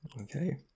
Okay